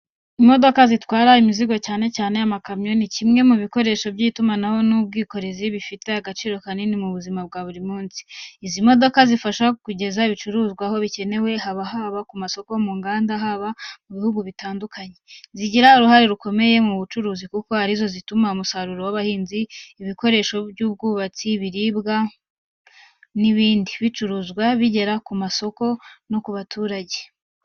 Imodoka zitwara imizigo, cyane cyane amakamyo, ni kimwe mu bikoresho by’itumanaho n’ubwikorezi bifite agaciro kanini mu buzima bwa buri munsi. Izi modoka zifasha kugeza ibicuruzwa aho bikenewe, haba mu masoko, mu nganda, cyangwa mu bihugu bitandukanye. Zigira uruhare rukomeye mu bucuruzi kuko ari zo zituma umusaruro w’abahinzi, ibikoresho by’ubwubatsi, ibiribwa, n’ibindi bicuruzwa bigera ku masoko no ku baturage byihuse.